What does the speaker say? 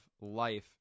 life